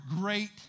great